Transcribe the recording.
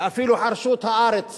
ואפילו חרשו את הארץ